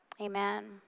Amen